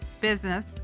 business